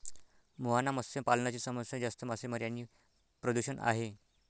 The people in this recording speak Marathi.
मुहाना मत्स्य पालनाची समस्या जास्त मासेमारी आणि प्रदूषण आहे